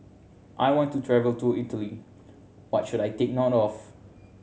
I want to travel to Italy what should I take note of